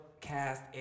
cast